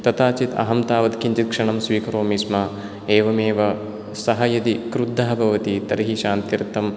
तथाचित् अहं तावत् किञ्चित् क्षणं स्वीकरोमि स्म एवमेव सः यदि क्रुद्धः भवति तर्हि शान्त्यर्थं